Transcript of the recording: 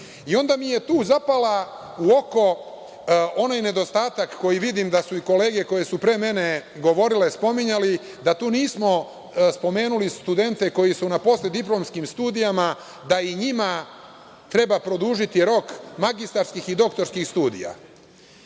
Onda mi je tu zapala u oko onaj nedostatak koji vidim da su i kolege koje su pre mene govorile spominjale, da tu nismo spomenuli studente koji su na postdiplomskim studijama, da i njima treba produžiti rok magistarskih i doktorskih studija.